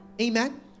Amen